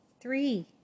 Three